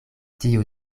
tio